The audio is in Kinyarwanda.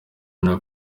ibyo